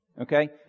okay